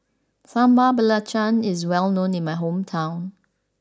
Sambal Belacan is well known in my hometown